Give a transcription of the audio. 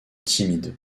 timide